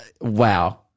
Wow